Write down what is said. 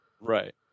right